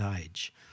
age